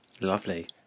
Lovely